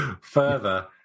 Further